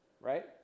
right